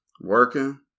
working